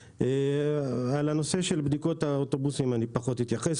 ראשית על נושא בדיקות האוטובוסים פחות אתייחס.